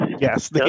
Yes